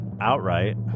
outright